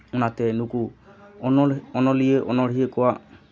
ᱚᱱᱟᱛᱮ ᱱᱩᱠᱩ ᱚᱱᱚᱞᱤᱭᱟᱹ ᱚᱱᱚᱲᱦᱤᱭᱟᱹ ᱠᱚᱣᱟᱜ